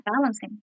balancing